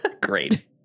Great